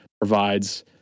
provides